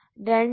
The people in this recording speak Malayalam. D - 1 V